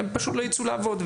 אז הם פשוט לא ייצאו לעבוד.